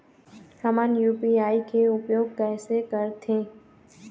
हमन यू.पी.आई के उपयोग कैसे करथें?